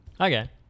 Okay